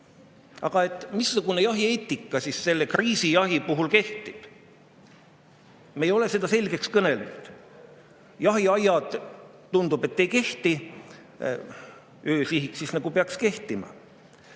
Aga missugune jahieetika siis selle kriisijahi puhul kehtib? Me ei ole seda selgeks kõnelnud. Jahiaiad, tundub, et ei kehti, öösihik aga nagu peaks kehtima.